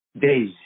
days